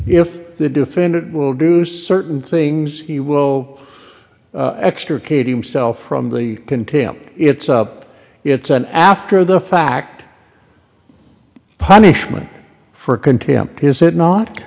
if the defendant will do certain things he will extricate himself from the contempt it's up it's an after the fact punishment for contempt is it not